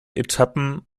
etappen